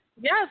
Yes